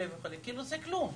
זה כלום.